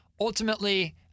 ultimately